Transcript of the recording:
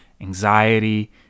anxiety